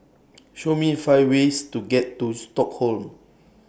Show Me five ways to get to Stockholm